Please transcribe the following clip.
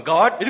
God